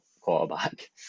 quarterback